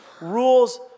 Rules